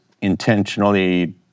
intentionally